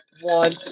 One